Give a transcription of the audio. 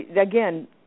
again